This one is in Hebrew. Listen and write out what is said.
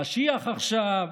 משיח עכשיו,